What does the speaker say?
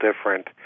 different